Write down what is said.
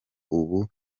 ubu